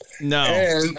No